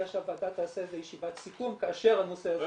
שהוועדה תעשה איזו ישיבת סיכום כאשר הנושא הזה